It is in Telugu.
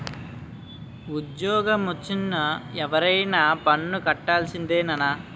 ఉజ్జోగమొచ్చిన ఎవరైనా పన్ను కట్టాల్సిందే నాన్నా